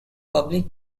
public